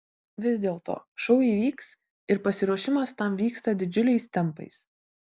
vis dėlto šou įvyks ir pasiruošimas tam vyksta didžiuliais tempais